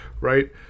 Right